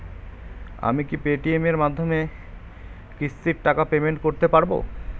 আমি কি Paytm এর মাধ্যমে কিস্তির টাকা পেমেন্ট করতে পারব?